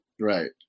right